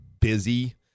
busy